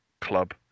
club